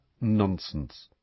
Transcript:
nonsense